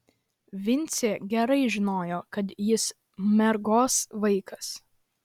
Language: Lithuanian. vincė gerai žinojo kad jis mergos vaikas